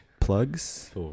plugs